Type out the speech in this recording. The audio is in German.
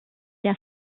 der